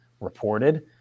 reported